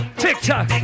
tick-tock